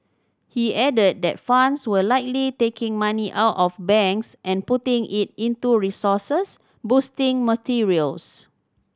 he added that funds were likely taking money out of banks and putting it into resources boosting materials